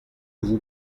vous